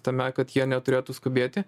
tame kad jie neturėtų skubėti